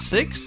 Six